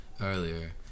earlier